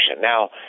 Now